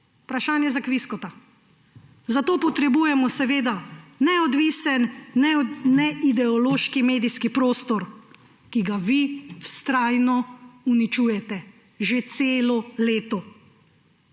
Vprašanje za Kvizkota. Zato potrebujemo neodvisen, neideološki medijski prostor, ki ga vi vztrajno uničujete že celo leto.